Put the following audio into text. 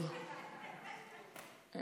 טוב,